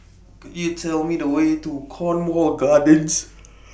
Could YOU Tell Me The Way to Cornwall Gardens